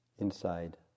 inside